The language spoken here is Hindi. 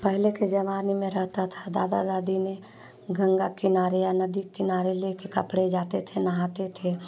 पहले के जमाने में रहता था दादा दादी ने गंगा किनारे या नदी किनारे ले के कपड़े जाते थे नहाते थे